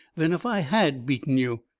than if i had beaten you.